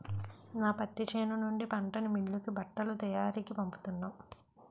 నా పత్తి చేను నుండి పంటని మిల్లుకి బట్టల తయారికీ పంపుతున్నాం